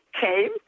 came